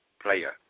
player